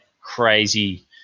crazy